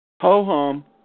Ho-hum